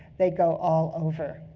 they go all over.